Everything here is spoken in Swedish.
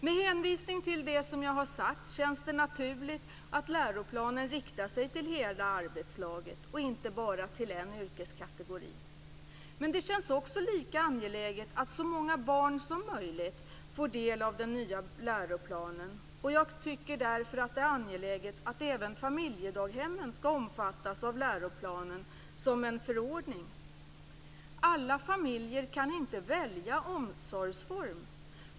Med hänvisning till det som jag har sagt känns det naturligt att läroplanen riktar sig till hela arbetslaget och inte bara till en yrkeskategori. Men det känns lika angeläget att så många barn som möjligt får del av den nya läroplanen. Jag tycker därför att det är angeläget att även familjedaghemmen skall omfattas av läroplanen som en förordning. Alla familjer kan inte välja omsorgsform.